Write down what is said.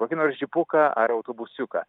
kokį nors džipuką ar autobusiuką